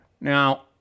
Now